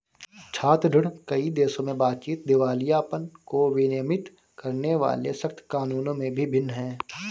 छात्र ऋण, कई देशों में बातचीत, दिवालियापन को विनियमित करने वाले सख्त कानूनों में भी भिन्न है